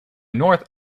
north